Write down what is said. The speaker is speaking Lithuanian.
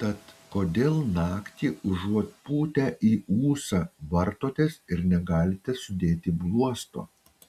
tad kodėl naktį užuot pūtę į ūsą vartotės ir negalite sudėti bluosto